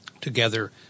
together